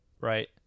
Right